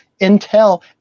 intel